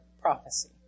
prophecy